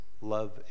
love